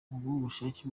ubushake